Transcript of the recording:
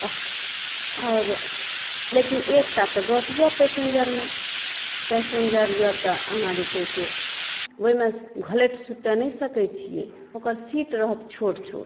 आओर लेकिन एकटा तऽ गप अछि पैसेंजरमे पैसेंजर अछि तऽ अहाँ जे छै से ओहिमे घोलैट सुति नहि सकै छियै ओकर सीट रहत छोट छोट